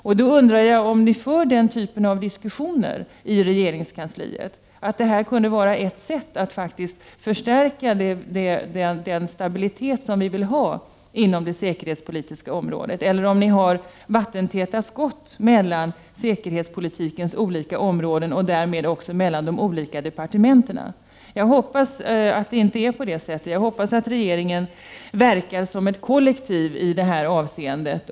Jag undrar om den typen av diskussioner förs i regeringskansliet, om att detta kunde vara ett sätt att förstärka den stabilitet som vi vill ha inom det säkerhetspolitiska området, eller om det är vattentäta skott mellan säkerhetspolitikens olika områden och därmed också mellan de olika departementen. Jag hoppas att det inte är på det sättet, utan att regeringen verkar som ett kollektiv i detta avseende.